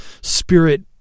spirit